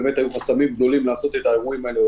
היו חסמים גדולים לעשות את האירועים האלה,